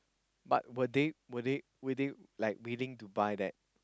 but were they were they were they like willing to buy that